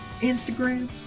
Instagram